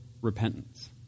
repentance